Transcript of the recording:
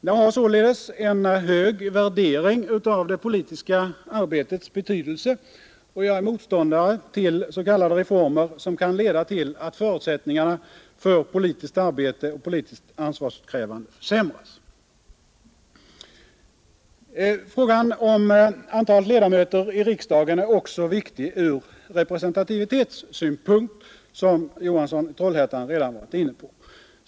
Jag har således en hög värdering av det politiska arbetets betydelse, och jag är motståndare till s.k. reformer som kan leda till att förutsättningarna för politiskt arbete och politiskt ansvarsutkrävande försämras. Frågan om antalet ledamöter i riksdagen är också viktig från representativitetssynpunkt, som herr Johansson i Trollhättan redan varit inne på.